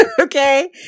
Okay